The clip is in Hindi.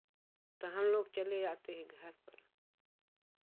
तो हम लोग चले आते हैं घर पर